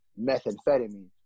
methamphetamine